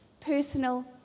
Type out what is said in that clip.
personal